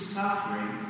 suffering